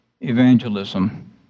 evangelism